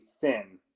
thin